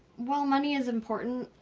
while money is important,